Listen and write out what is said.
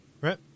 Right